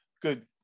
good